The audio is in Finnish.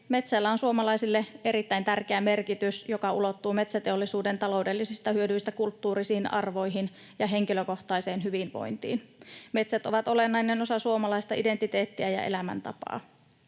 Metsällä on suomalaisille erittäin tärkeä merkitys, joka ulottuu metsäteollisuuden taloudellisista hyödyistä kulttuurisiin arvoihin ja henkilökohtaiseen hyvinvointiin. Metsät ovat olennainen osa suomalaista identiteettiä ja elämäntapaa.